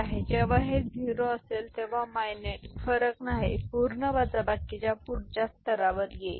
तर जेव्हा हे 0 असेल तेव्हा मायनुंड फरक नाही पूर्ण वजाबाकीच्या पुढच्या स्तरावर येईल